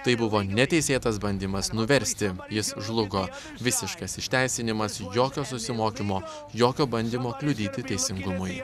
tai buvo neteisėtas bandymas nuversti jis žlugo visiškas išteisinimas jokio susimokymo jokio bandymo kliudyti teisingumui